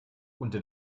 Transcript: unter